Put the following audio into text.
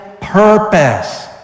purpose